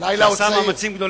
הלילה עוד צעיר.